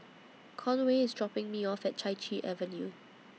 Conway IS dropping Me off At Chai Chee Avenue